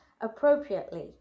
appropriately